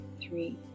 three